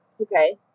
Okay